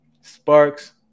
Sparks